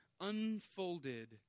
unfolded